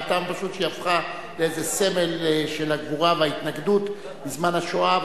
מהטעם הפשוט שהיא הפכה לסמל של הגבורה וההתנגדות בזמן השואה,